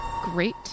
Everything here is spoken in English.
Great